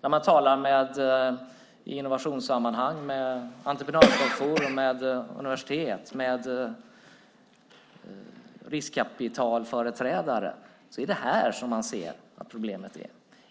När man i innovationssammanhang talar med entreprenörer, universitet och riskkapitalföreträdare är det här som man ser att problemet är,